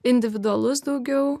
individualus daugiau